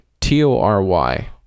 T-O-R-Y